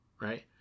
right